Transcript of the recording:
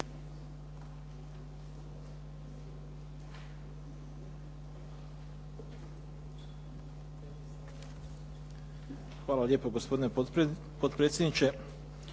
Hvala lijepo gospodine potpredsjedniče.